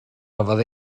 gafodd